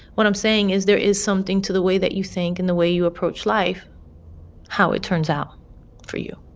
what i'm saying is there is something to the way that you think and the way you approach life how it turns out for you